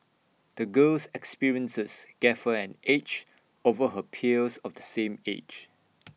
the girl's experiences gave her an edge over her peers of the same age